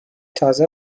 تازه